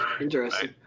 Interesting